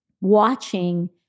watching